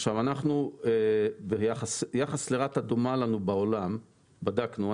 עכשיו, אנחנו ביחס לרת"א דומה לנו בעולם, בדקנו.